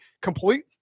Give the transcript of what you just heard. complete